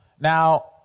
Now